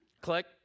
Click